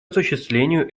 осуществлению